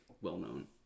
well-known